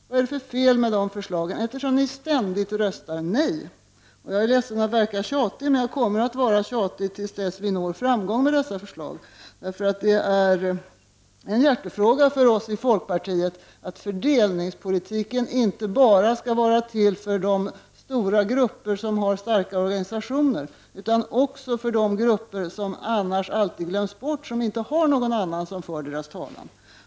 Vad är det för fel med dessa förslag, eftersom ni ständigt röstar nej? Jag är ledsen om jag låter tjatig, men jag kommer att tjata till dess vi når framgång med våra förslag. Det är en hjärtefråga för oss i folkpartiet, att fördelningspolitiken inte bara skall vara till för de stora grupper som tillhör starka organisationer, utan också för de grupper som annars alltid glöms bort och som inte har någon som för deras talan.